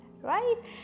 right